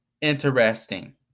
interesting